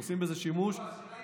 הם עושים בזה שימוש,